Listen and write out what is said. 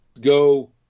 go